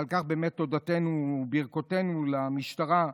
ועל כך באמת תודתנו וברכתנו למשטרה.